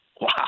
Wow